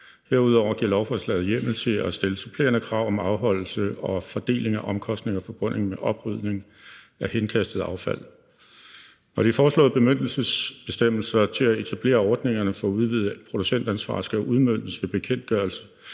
Herudover giver lovforslaget hjemmel til at stille supplerende krav om afholdelse og fordeling af omkostninger forbundet med oprydning af henkastet affald. De foreslåede bemyndigelsesbestemmelser til at etablere ordningerne for udvidet producentansvar skal udmøntes ved bekendtgørelse,